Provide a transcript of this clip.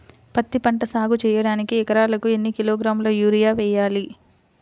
పత్తిపంట సాగు చేయడానికి ఎకరాలకు ఎన్ని కిలోగ్రాముల యూరియా వేయాలి?